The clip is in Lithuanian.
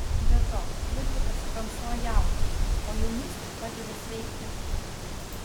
be to liudvikas fransua jaunas o jaunystė padeda sveikti